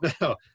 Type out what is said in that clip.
No